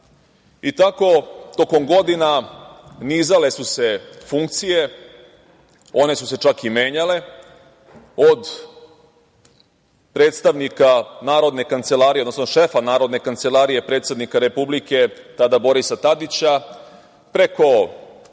i tako tokom godina nizale su se funkcije. One su se čak i menjale od predstavnika Narodne kancelarije, odnosno šefa Narodne kancelarije predsednika Republike, tada Borisa Tadića, preko